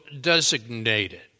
designated